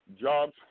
jobs